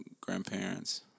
grandparents